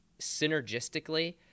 synergistically